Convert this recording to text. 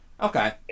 Okay